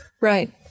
Right